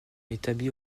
établi